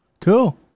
Cool